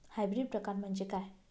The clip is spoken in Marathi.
हायब्रिड प्रकार म्हणजे काय?